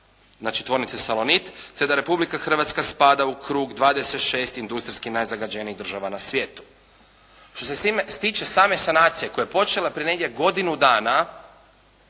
znači tvornice Salonit te da Republika Hrvatska spada u krug 26 industrijski najzagađenijih država na svijetu. Što se tiče same sanacije koja je počela pred negdje godinu dana